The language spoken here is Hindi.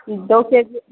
दो के जी